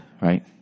Right